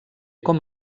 com